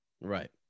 Right